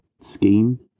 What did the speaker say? scheme